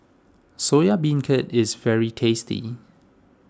Soya Beancurd is very tasty